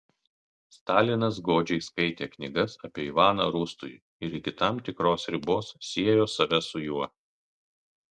stalinas godžiai skaitė knygas apie ivaną rūstųjį ir iki tam tikros ribos siejo save su juo